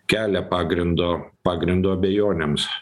kelia pagrindo pagrindo abejonėms